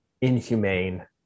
inhumane